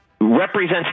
represents